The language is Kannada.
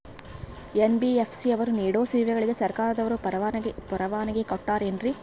ಎನ್.ಬಿ.ಎಫ್.ಸಿ ಅವರು ನೇಡೋ ಸೇವೆಗಳಿಗೆ ಸರ್ಕಾರದವರು ಪರವಾನಗಿ ಕೊಟ್ಟಾರೇನ್ರಿ?